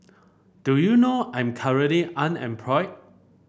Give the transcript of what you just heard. do you know I'm currently unemployed